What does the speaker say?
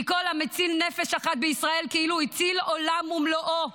כי כל המציל נפש אחת בישראל כאילו הציל עולם ומלואו.